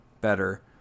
better